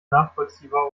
nachvollziehbar